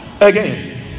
Again